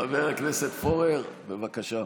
חבר הכנסת פורר, בבקשה.